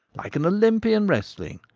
like an olympian wrestling.